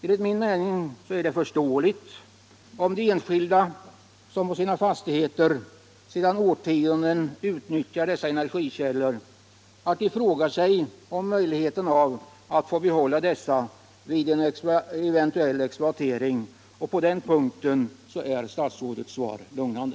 Enligt min mening är det förståeligt om de enskilda, som på sina fastigheter sedan årtionden utnyttjar dessa energikällor, frågar sig om det är möjligt att få behålla dessa vid en eventuell exploatering. På den punkten är statsrådets svar lugnande.